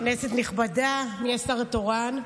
כנסת נכבדה, מי השר התורן?